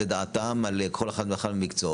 את דעתם על כל אחד ואחד מהמקצועות,